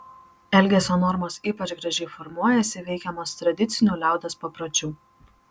elgesio normos ypač gražiai formuojasi veikiamos tradicinių liaudies papročių